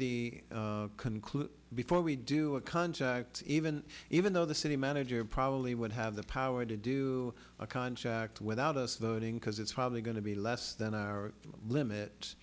before the conclude before we do a contract even even though the city manager probably would have the power to do a contract without us voting because it's probably going to be less than our limit